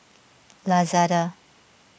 Lazada